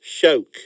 Choke